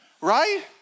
right